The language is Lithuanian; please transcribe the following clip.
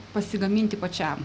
pasigaminti pačiam